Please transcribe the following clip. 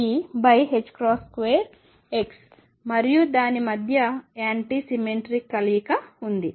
ఇది e2mE2x మరియు దాని మధ్య యాంటీ సిమెట్రిక్ కలయిక ఉంది